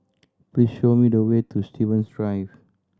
please show me the way to Stevens Drive